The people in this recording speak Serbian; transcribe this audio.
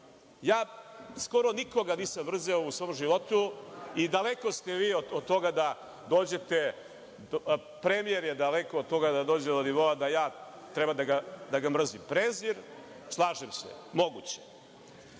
Ja skoro nikoga nisam mrzeo u svom životu i daleko ste vi od toga da dođete, premijer je daleko od toga da dođe do nivoa da ja treba da ga mrzi. Prezir, slažem se, moguće. Na